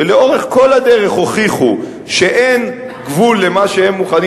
שלאורך כל הדרך הוכיחו שאין גבול למה שהם מוכנים